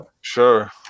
Sure